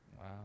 Wow